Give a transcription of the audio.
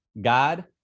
God